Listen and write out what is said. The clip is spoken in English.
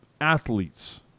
athletes